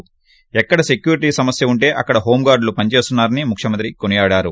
వేక్కడ security సమస్య ఉంటే అక్కడ హోంగార్లులు పనిచేస్తున్నారని ముఖ్యమంత్రి కోనియాడారు